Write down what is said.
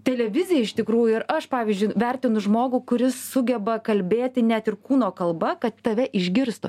televizija iš tikrųjų ir aš pavyzdžiui vertinu žmogų kuris sugeba kalbėti net ir kūno kalba kad tave išgirstų